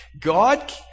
God